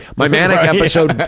my manic episode,